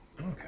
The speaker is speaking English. Okay